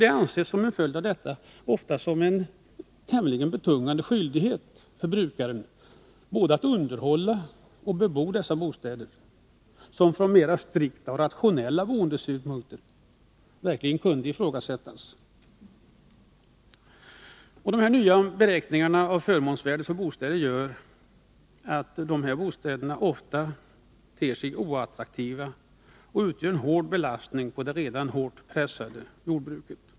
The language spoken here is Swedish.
Det anses, som en följd av detta, som en tämligen betungande skyldighet för brukaren både att underhålla och bebo dessa bostäder, som från mer strikta och rationella boendesynpunkter verkligen kunde ifrågasättas. De nya reglerna för beräkning av förmånsvärde för bostäder gör att dessa bostäder ofta ter sig oattraktiva och utgör en hård belastning på det redan hårt pressade jordbruket.